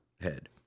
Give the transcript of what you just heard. head